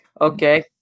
Okay